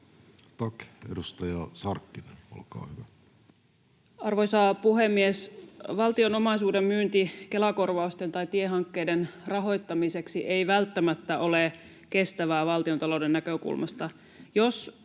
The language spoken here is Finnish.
Time: 14:17 Content: Arvoisa puhemies! Valtion omaisuuden myynti Kela-korvausten tai tiehankkeiden rahoittamiseksi ei välttämättä ole kestävää valtiontalouden näkökulmasta.